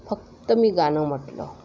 फक्त मी गाणं म्हटलं